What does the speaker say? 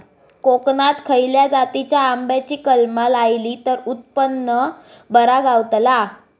कोकणात खसल्या जातीच्या आंब्याची कलमा लायली तर उत्पन बरा गावताला?